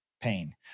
pain